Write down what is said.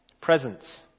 Presence